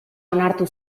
onartu